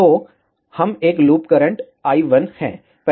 तो हम एक लूप करंट I1 है